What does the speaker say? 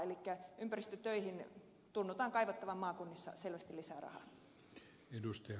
elikkä ympäristötöihin tunnutaan kaivattavan maakunnissa selvästi lisää rahaa